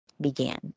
began